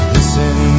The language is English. Listen